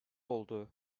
oldu